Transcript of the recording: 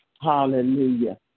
Hallelujah